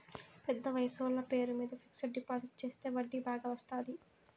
పెద్ద వయసోళ్ల పేరు మీద ఫిక్సడ్ డిపాజిట్ చెత్తే వడ్డీ బాగా వత్తాది